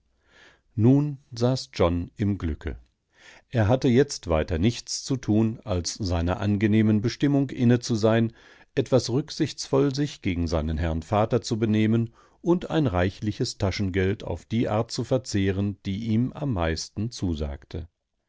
nun saß john im glücke er hatte jetzt weiter nichts zu tun als seiner angenehmen bestimmung inne zu sein etwas rücksichtsvoll sich gegen seinen herrn vater zu benehmen und ein reichliches taschengeld auf die art zu verzehren die ihm am meisten zusagte